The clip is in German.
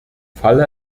falle